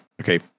okay